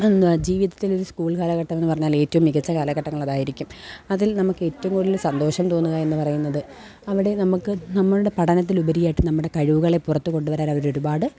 എന്താ ജീവിതത്തിൽ ഒരു സ്കൂൾ കാലഘട്ടമെന്നു പറഞ്ഞാലേറ്റവും മികച്ച കാലഘട്ടങ്ങളതായിരിക്കും അതിൽ നമുക്കേറ്റവും കൂടുതൽ സന്തോഷം തോന്നുക എന്നു പറയുന്നത് അവിടെ നമുക്ക് നമ്മളുടെ പഠനത്തിലുപരിയായിട്ട് നമ്മുടെ കഴിവുകളെ പുറത്തു കൊണ്ടു വരാനവരൊരുപാട്